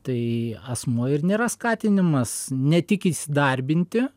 tai asmuo ir nėra skatinamas ne tik įsidarbinti